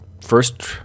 first